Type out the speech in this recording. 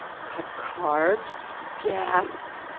cut carbs? gaaasp!